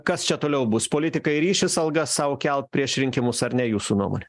kas čia toliau bus politikai ryšis algas sau kelt prieš rinkimus ar ne jūsų nuomone